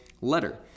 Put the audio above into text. letter